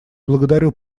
благодарю